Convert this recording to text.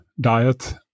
diet